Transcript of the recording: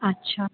اچھا